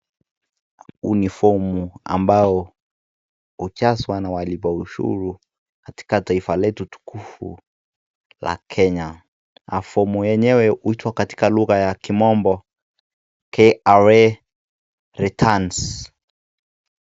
Huu ni fomu ambaye kujazwa na wilipo na ushuru katika taifa letu tukufu la Kenya na fomu yenyewe inaitwa kwa lugha ya kimombo take away returns .